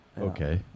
okay